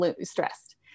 stressed